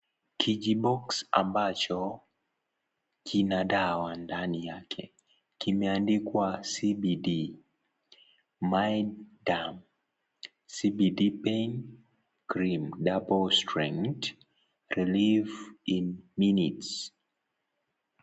Kijiboksi ambacho kina dawa ndani yake kimeandikwa CBD Myaderm CBD pain cream double strength relief in munutes .